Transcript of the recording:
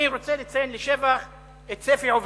אני רוצה לציין לשבח את ספי עובדיה,